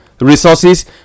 Resources